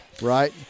Right